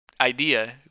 idea